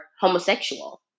homosexual